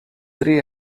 three